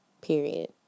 period